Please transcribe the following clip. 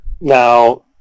Now